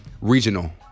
regional